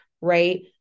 right